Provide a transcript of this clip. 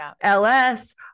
LS